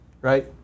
right